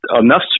enough